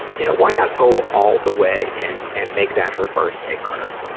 you know, why not go all the way and, and make that her birthday card?